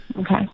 Okay